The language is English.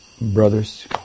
brothers